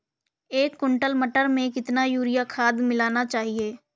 एक कुंटल मटर में कितना यूरिया खाद मिलाना चाहिए?